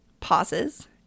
pauses